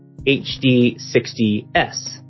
HD60S